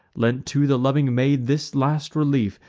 lent to the loving maid this last relief,